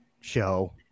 show